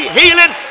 healing